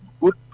good